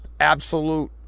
absolute